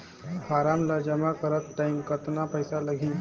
Form ला जमा करत टाइम कतना पइसा लगही?